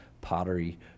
pottery